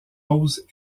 rose